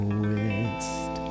west